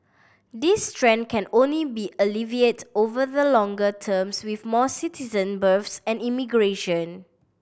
this trend can only be alleviated over the longer terms with more citizen births and immigration